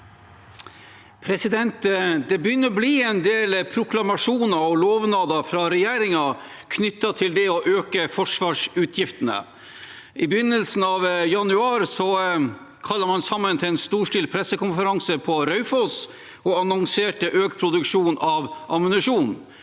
Det begynner å bli en del proklamasjoner og lovnader fra regjeringen knyttet til å øke forsvarsutgiftene. I begynnelsen av januar kalte man sammen til en storstilt pressekonferanse på Raufoss og annonserte økt produksjon av ammunisjon.